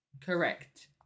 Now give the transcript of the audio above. Correct